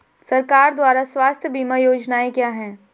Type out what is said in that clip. सरकार द्वारा स्वास्थ्य बीमा योजनाएं क्या हैं?